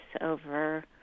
over